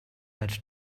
that